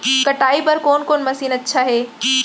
कटाई बर कोन कोन मशीन अच्छा हे?